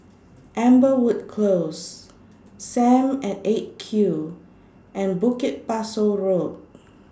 Amberwood Close SAM At eight Q and Bukit Pasoh Road